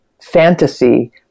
fantasy